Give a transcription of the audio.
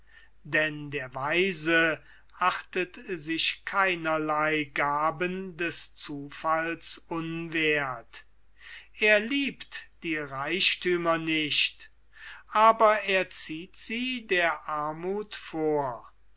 denn der weise achtet sich keinerlei gaben des zufalls unwerth er liebt die reichthümer nicht aber er zieht sie vor